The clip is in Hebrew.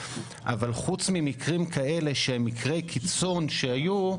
אבל חוץ ממקרים כאלה שהם מקרי קיצון שהיו,